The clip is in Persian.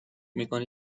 میکنی